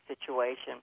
situation